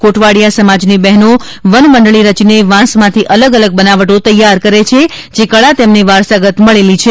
કોટવાડિયા સમાજની બહેનો વનમંડળી રચીને વાંસમાંથી અલગ અલગ બનાવટો તૈયાર કરે છે જે કળા તેમને વારસાગત મળેલી છે